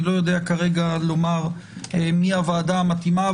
אני לא יודע כרגע לומר מי הוועדה המתאימה,